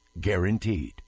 guaranteed